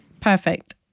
perfect